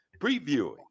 previewing